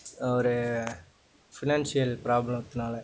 ஒரு ஃபினான்ஷியல் ப்ராப்ளத்துனால்